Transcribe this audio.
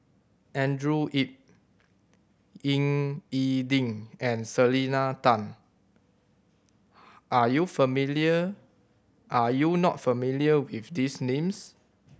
Andrew Yip Ying E Ding and Selena Tan are you familiar are you not familiar with these names